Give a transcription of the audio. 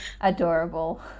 Adorable